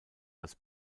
als